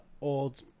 old